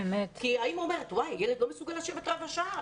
האימא אומרת שהילד לא מסוגל לשבת רבע שעה,